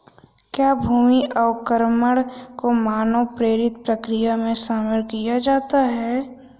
क्या भूमि अवक्रमण को मानव प्रेरित प्रक्रिया में शामिल किया जाता है?